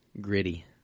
Gritty